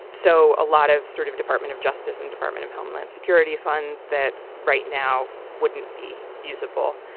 so a lot of sort of department of justice and department of homeland security funds that right now wouldn't be usable.